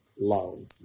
loan